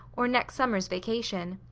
or next summer's vacation.